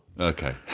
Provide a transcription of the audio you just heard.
Okay